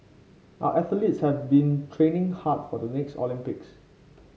our athletes have been training hard for the next Olympics